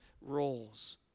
roles